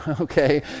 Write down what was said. okay